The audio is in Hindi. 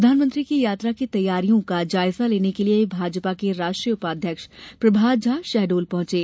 प्रधानमंत्री की यात्रा की तैयारियों का जायजा लेने के लिये भाजपा के राष्ट्रीय उपाध्यक्ष प्रभात झा शहडोल पहुंचे